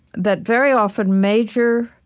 that very often major